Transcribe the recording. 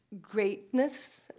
greatness